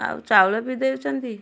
ଆଉ ଚାଉଳ ବି ଦେଉଛନ୍ତି